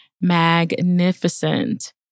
magnificent